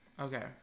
Okay